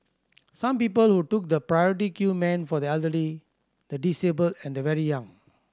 some people who took the priority queue meant for the elderly the disabled and the very young